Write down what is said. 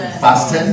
Fasten